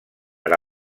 per